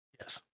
Yes